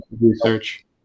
research